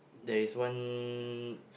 there is one